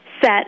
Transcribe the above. set